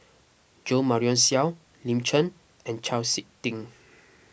Jo Marion Seow Lin Chen and Chau Sik Ting